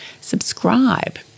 subscribe